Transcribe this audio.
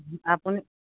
আপুনি